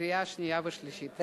בקריאה שנייה ושלישית.